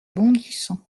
bondissant